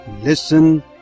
listen